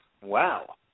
Wow